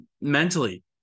mentally